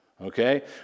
okay